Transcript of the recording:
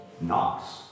Knox